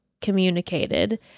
communicated